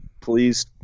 please